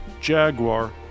Jaguar